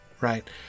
Right